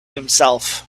himself